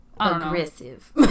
aggressive